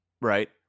Right